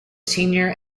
senior